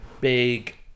big